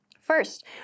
First